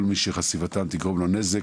של כל מי שחשיפתם תגרום נזק,